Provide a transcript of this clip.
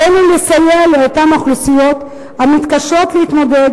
עלינו לסייע לאוכלוסיות המתקשות להתמודד